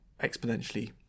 exponentially